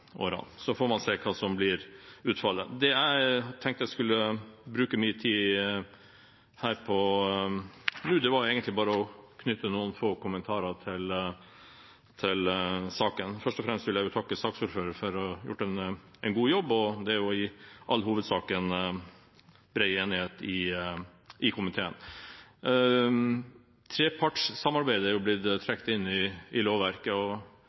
Så får man se hva som blir utfallet. Det jeg tenkte jeg skulle bruke min tid her på nå, var bare å knytte noen få kommentarer til saken. Først og fremst vil jeg takke saksordføreren for å ha gjort en god jobb, og det er i all hovedsak en bred enighet i komiteen. Trepartssamarbeidet har blitt trukket inn i lovverket, og